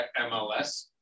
MLS